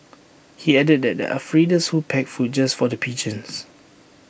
he added that there are feeders who pack food just for the pigeons